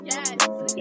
Yes